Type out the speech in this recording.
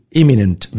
imminent